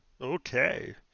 Okay